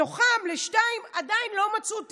מתוכן לשתיים עדיין לא מצאו תיק.